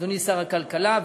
שר הכלכלה,